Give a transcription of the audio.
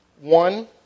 One